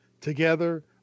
together